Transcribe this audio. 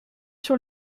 sur